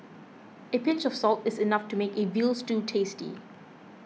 a pinch of salt is enough to make a Veal Stew tasty